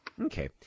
Okay